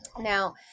now